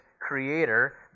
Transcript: creator